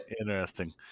Interesting